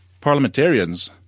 parliamentarians